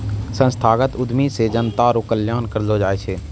संस्थागत उद्यमी से जनता रो कल्याण करलौ जाय छै